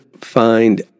find